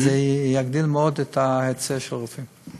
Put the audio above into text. וזה יגדיל מאוד את ההיצע של הרופאים.